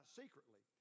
secretly